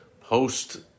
post